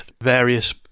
various